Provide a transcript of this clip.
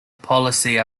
policy